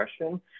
question